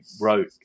wrote